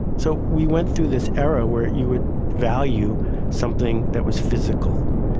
so we went through this era where you would value something that was physical.